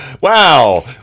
Wow